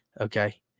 Okay